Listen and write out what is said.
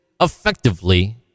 effectively